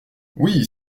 oui